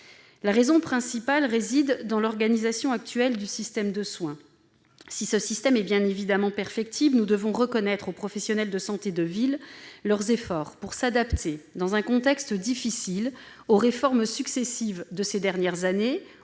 La raison principale réside dans l'organisation actuelle du système de soins. Si ce système est bien évidemment perfectible, nous devons reconnaître les efforts des professionnels de santé de ville pour s'adapter, dans un contexte difficile, aux réformes successives de ces dernières années,